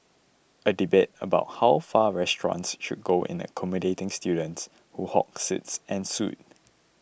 a debate about how far restaurants should go in accommodating students who hog seats ensued